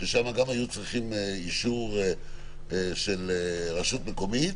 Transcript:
ששם גם היו צריכים אישור של רשות מקומית,